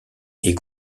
est